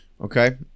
Okay